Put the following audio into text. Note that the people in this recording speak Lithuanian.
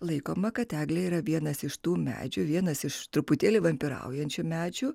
laikoma kad eglė yra vienas iš tų medžių vienas iš truputėlį vampyraujančių medžių